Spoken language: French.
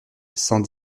cent